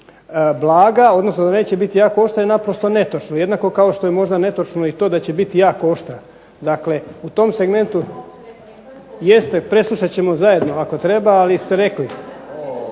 blaga, odnosno da neće biti jako oštra, to je netočno. Jednako kao što je možda netočno da će biti jako oštra. Dakle, u tom segmentu. Jeste, preslušat ćemo zajedno ako treba ali ste rekli.